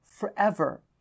forever